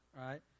right